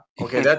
Okay